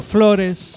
Flores